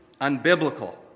unbiblical